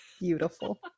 Beautiful